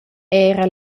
era